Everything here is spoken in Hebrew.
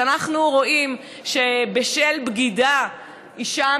כשאנחנו רואים שבשל בגידה אישה